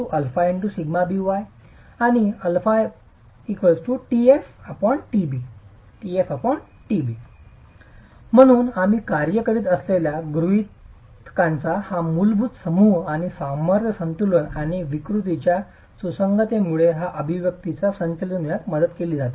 σbx α ⋅σjx σby α ⋅σjy α tf tb म्हणूनच आम्ही कार्य करीत असलेल्या गृहितकांचा हा मूलभूत समूह आणि सामर्थ्य संतुलन आणि विकृतीच्या सुसंगततेमुळेच हा अभिव्यक्तींचा संच लिहून घेण्यात मदत केली जाते